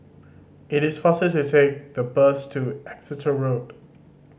it is faster to take the bus to Exeter Road